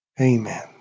Amen